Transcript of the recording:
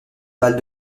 pâle